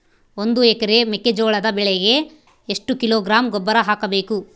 ಒಂದು ಎಕರೆ ಮೆಕ್ಕೆಜೋಳದ ಬೆಳೆಗೆ ಎಷ್ಟು ಕಿಲೋಗ್ರಾಂ ಗೊಬ್ಬರ ಹಾಕಬೇಕು?